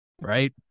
right